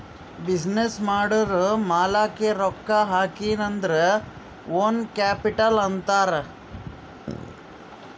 business ಮಾಡೂರ್ ಮಾಲಾಕ್ಕೆ ರೊಕ್ಕಾ ಹಾಕಿನ್ ಅಂದುರ್ ಓನ್ ಕ್ಯಾಪಿಟಲ್ ಅಂತಾರ್